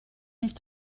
nicht